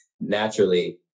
naturally